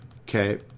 Okay